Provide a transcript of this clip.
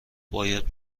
باید